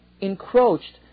encroached